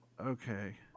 okay